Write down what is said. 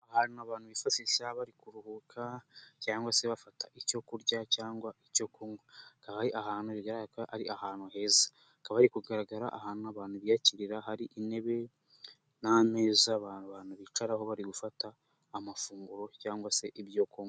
Ahantu abantu bifashisaha bari kuruhuka cyangwa se bafata icyo kurya cyangwa icyo kunywa. Akaba ari ahantu bigaragara ari ahantu heza. Hakaba hari kugaragara ahantu abantu biyakirira hari intebe n'ameza abantu bicaraho bari gufata amafunguro cyangwa se ibyo kunywa.